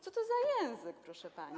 Co to za język, proszę pani?